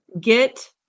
Get